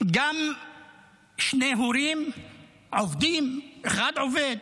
גם שני הורים עובדים, אחד עובד,